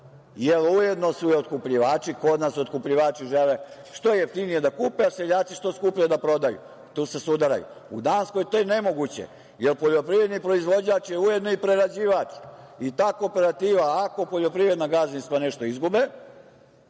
jer ujedno su i otkupljivači. Kod nas otkupljivači žele što jeftinije da kupe, a seljaci što skuplje da prodaju i tu se sudaraju. U Danskoj to je nemoguće, jer poljoprivredni proizvođač je ujedno i prerađivač i ta kooperativa, ako poljoprivredna gazdinstva nešto izgube,